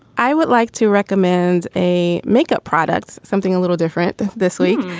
i would like to recommend a makeup products, something a little different this week.